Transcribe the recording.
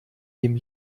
dem